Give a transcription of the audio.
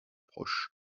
proche